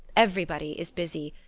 everybody is busy,